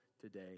today